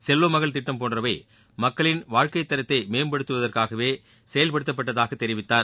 செல்வமகள் திட்டம் போன்றவை மக்களின் வாழ்க்கைத் தரத்தை மேம்படுத்துவதற்காகவே செயல்படுத்தப்பட்டதாகத் தெரிவித்தார்